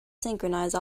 synchronize